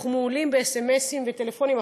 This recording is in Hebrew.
אנחנו מעולים בסמ"סים ובטלפונים,